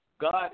God